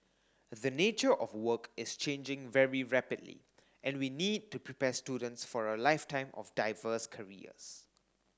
the nature of work is changing very rapidly and we need to prepare students for a lifetime of diverse careers